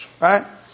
Right